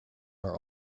are